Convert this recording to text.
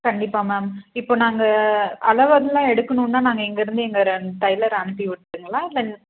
கண்டிப்பாக மேம் இப்போது நாங்கள் அளவெல்லாம் எடுக்கணுமென்னா நாங்கள் இங்கிருந்து எங்கள் ரெண்டு டெய்லரை அனுப்பி விட்டுங்களா இல்லை